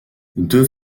deux